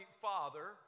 Father